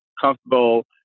comfortable